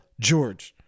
George